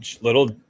little